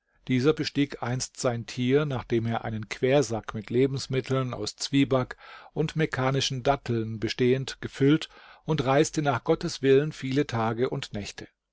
dieser bestieg einst sein tier nachdem er einen quersack mit lebensmitteln aus zwieback und mekkanischen datteln bestehend gefüllt und reiste nach gottes willen viele tage und nächte